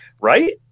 right